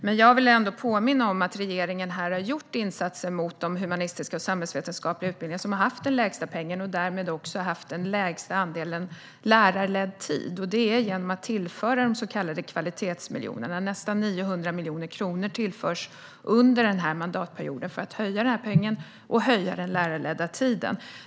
Men jag vill ändå påminna om att regeringen har gjort insatser gentemot de humanistiska och samhällsvetenskapliga utbildningar som har haft den lägsta pengen och därmed också den lägsta andelen lärarledd tid. Det har man gjort genom att tillföra de så kallade kvalitetsmiljonerna. Nästan 900 miljoner kronor tillför man under denna mandatperiod för att höja pengen och öka den lärarledda tiden.